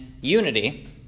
unity